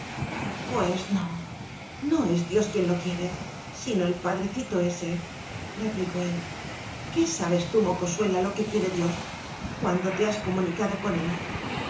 pues no no es dios quien lo quiere sino el padrecito esereplicó él qué sabes tú mocosuela lo que quiere dios cuándo te has comunicado con él